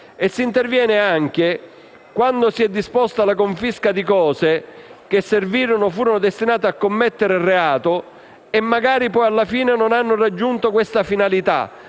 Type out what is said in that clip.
Si interviene anche quando si è disposta la confisca di cose che servirono o furono destinate a commettere reato e magari, poi, alla fine, non hanno raggiunto questa finalità.